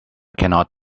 cannot